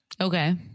Okay